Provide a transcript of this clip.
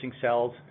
cells